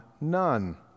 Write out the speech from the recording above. none